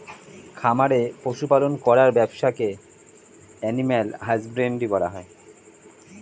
খামারে পশু পালন করার ব্যবসাকে অ্যানিমাল হাজবেন্ড্রী বলা হয়